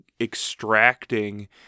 extracting